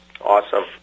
Awesome